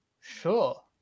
sure